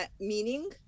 meaning